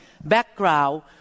background